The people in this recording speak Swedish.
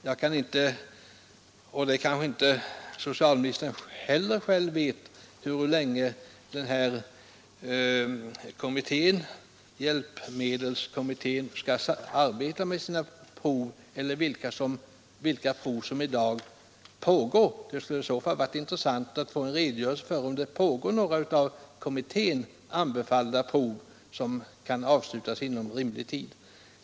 Jag vet inte — och det kanske inte socialministern själv gör — hur länge den här hjälpmedelskommittén skall arbeta med sina prov eller vilka prov som i dag pågår. Det skulle ha varit intressant att få en redogörelse för om det pågår några av kommittén anbefallda prov som kan avslutas inom rimlig tid.